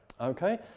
Okay